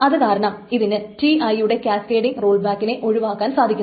അത് കാരണം ഇതിന് Ti യുടെ കാസ്കേഡിംഗ് റോൾ ബാക്കിനെ ഒഴിവാക്കാൻ സാധിക്കുന്നു